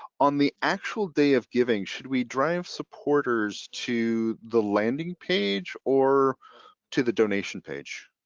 on the actual day of giving, should we drive supporters to the landing page or to the donation page?